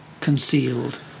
concealed